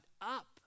up